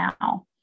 now